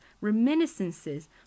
reminiscences